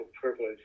privilege